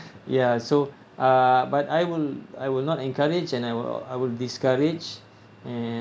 ya so uh but I will I will not encourage and I will I will discourage and